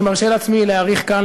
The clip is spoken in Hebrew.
אני מרשה לעצמי להעריך כאן,